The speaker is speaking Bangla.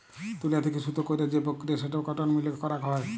তুলো থেক্যে সুতো কইরার যে প্রক্রিয়া সেটো কটন মিলে করাক হয়